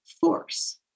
force